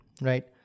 right